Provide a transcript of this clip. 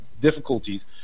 Difficulties